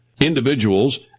Individuals